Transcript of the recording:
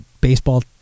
baseball